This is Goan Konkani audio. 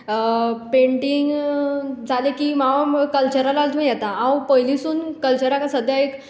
पँटींग जाले की हांव कल्चरातूय येता हांव पयलीसून कल्चराक सद्याक एक